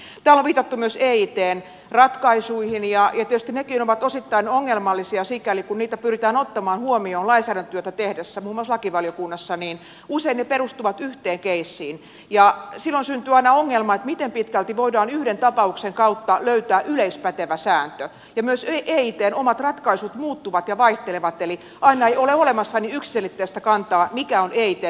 täällä on viitattu myös eitn ratkaisuihin ja tietysti nekin ovat osittain ongelmallisia sikäli että kun niitä pyritään ottamaan huomioon lainsäädäntötyötä tehdessä muun muassa lakivaliokunnassa niin usein ne perustuvat yhteen keissiin ja silloin syntyy aina ongelma että miten pitkälti voidaan yhden tapauksen kautta löytää yleispätevä sääntö ja myös eitn omat ratkaisut muuttuvat ja vaihtelevat eli aina ei ole olemassa niin yksiselitteistä kantaa mikä on eitn näkemys kulloinkin